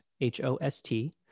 H-O-S-T